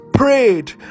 prayed